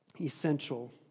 essential